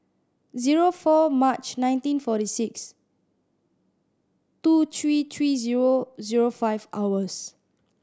zero four March nineteen forty six two three three zero zero five hours